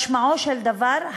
משמעו של דבר,